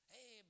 Hey